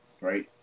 right